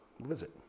visit